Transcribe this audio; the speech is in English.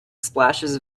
splashes